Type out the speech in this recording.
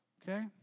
Okay